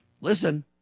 Listen